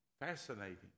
fascinating